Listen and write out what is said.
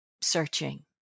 searching